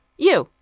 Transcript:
you.